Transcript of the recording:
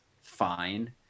fine